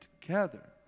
together